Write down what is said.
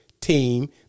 team